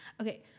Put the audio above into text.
Okay